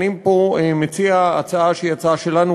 אני מציע פה הצעה שהיא הצעה שלנו,